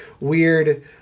weird